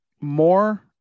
More